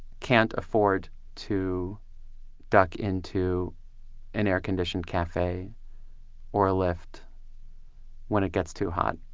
can't afford to duck into an air-conditioned cafe or a lift when it gets too hot.